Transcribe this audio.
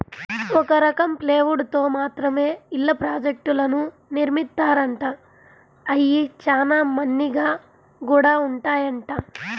ఒక రకం ప్లైవుడ్ తో మాత్రమే ఇళ్ళ ప్రాజెక్టులను నిర్మిత్తారంట, అయ్యి చానా మన్నిగ్గా గూడా ఉంటాయంట